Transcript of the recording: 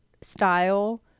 style